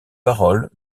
paroles